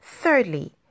Thirdly